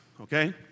okay